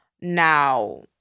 Now